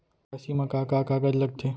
KYC मा का का कागज लगथे?